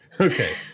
Okay